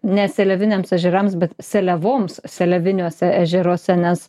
ne seleviniams ežerams bet seliavoms seliaviniuose ežeruose nes